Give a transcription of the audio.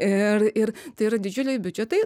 ir ir tai yra didžiuliai biudžetai